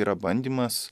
yra bandymas